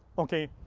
okay.